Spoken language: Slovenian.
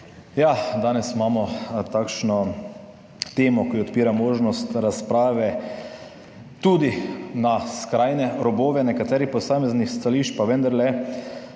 Danes imamo temo, ki odpira možnost razprave tudi na skrajne robove nekaterih posameznih stališč, pa vendarle